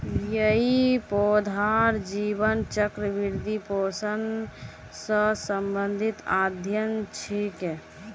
यई पौधार जीवन चक्र, वृद्धि, पोषण स संबंधित अध्ययन छिके